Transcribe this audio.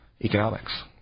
economics